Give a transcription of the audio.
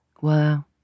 Wow